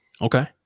Okay